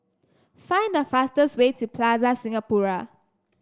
find the fastest way to Plaza Singapura